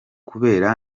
kubera